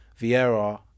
Vieira